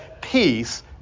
peace